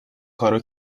کارو